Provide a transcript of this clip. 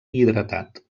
hidratat